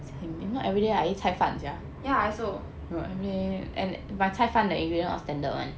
ya I also